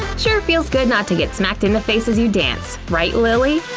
sure feels good not to get smacked in the face as you dance, right, lilly?